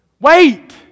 Wait